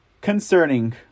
Concerning